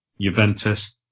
Juventus